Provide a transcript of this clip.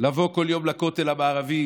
לבוא כל יום לכותל המערבי,